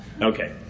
Okay